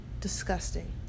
Disgusting